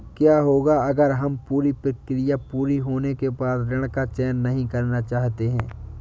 क्या होगा अगर हम पूरी प्रक्रिया पूरी होने के बाद ऋण का चयन नहीं करना चाहते हैं?